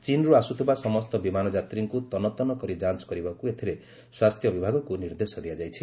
ଚୀନରୁ ଆସୁଥିବା ସମସ୍ତ ବିମାନ ଯାତ୍ରୀଙ୍କୁ ତନ୍ତନ୍ତ କରି ଯାଞ୍ଚ କରିବାକୁ ଏଥିରେ ସ୍ୱାସ୍ଥ୍ୟ ବିଭାଗକୁ ନିର୍ଦ୍ଦେଶ ଦିଆଯାଇଛି